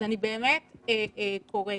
אז אני באמת קוראת